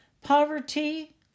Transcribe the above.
poverty